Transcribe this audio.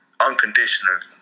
unconditionally